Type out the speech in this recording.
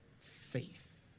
faith